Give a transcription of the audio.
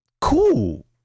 cool